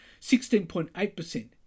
16.8%